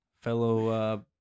fellow